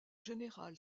général